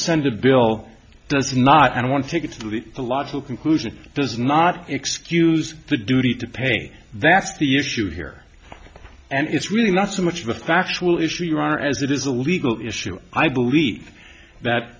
send a bill does not and one take it to the logical conclusion does not excuse the duty to pay that's the issue here and it's really not so much of a factual issue your honor as it is a legal issue i believe that